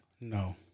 No